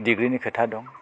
डिग्रिनि खोथा दं